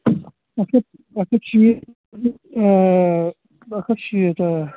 اکھ ہتھ اکھ ہتھ شیٖتھ آ اکھ ہتھ شیٖتھ آ